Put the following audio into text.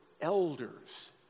elders